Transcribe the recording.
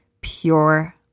pure